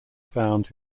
found